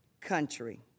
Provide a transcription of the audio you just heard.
country